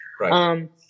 Right